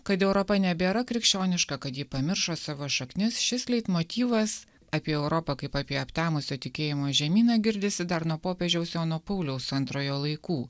kad europa nebėra krikščioniška kad ji pamiršo savo šaknis šis leitmotyvas apie europą kaip apie aptemusio tikėjimo žemyną girdisi dar nuo popiežiaus jono pauliaus antrojo laikų